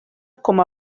com